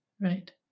Right